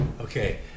Okay